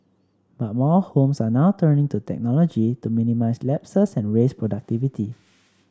but more homes are now turning to technology to minimise lapses and raise productivity